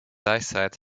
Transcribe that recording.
eyesight